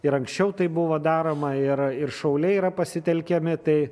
ir anksčiau tai buvo daroma ir ir šauliai yra pasitelkiami tai